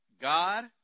God